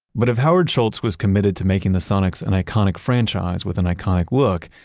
but if howard schultz was committed to making the sonics an iconic franchise with an iconic look,